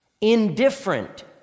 indifferent